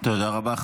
תודה רבה.